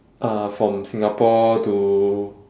uh from singapore to